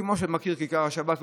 כמו כיכר השבת,